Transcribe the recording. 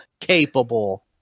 capable